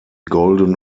golden